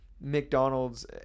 McDonald's